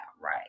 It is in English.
Right